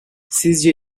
sizce